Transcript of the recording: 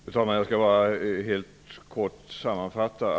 Fru talman! Jag vill bara helt kort göra en sammanfattning.